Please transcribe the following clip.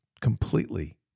completely